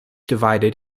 divided